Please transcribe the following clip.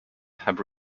have